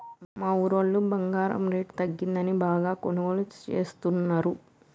మా ఊరోళ్ళు బంగారం రేటు తగ్గిందని బాగా కొనుగోలు చేస్తున్నరు